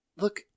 Look